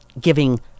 giving